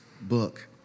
book